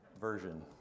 version